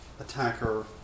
attacker